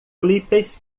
clipes